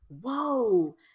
whoa